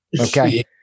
okay